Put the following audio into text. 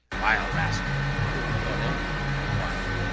vile rascal! would be thought angry while,